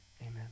Amen